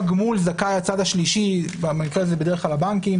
גמול זכאי הצד השלישי בדרך כלל אלה הבנקים